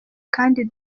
kandi